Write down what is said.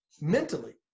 mentally